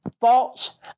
thoughts